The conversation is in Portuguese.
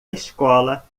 escola